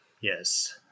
yes